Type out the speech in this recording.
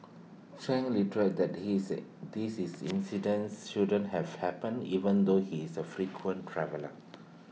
chang reiterated that his this is incidence shouldn't have happened even though he is A frequent traveller